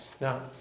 Now